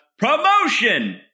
promotion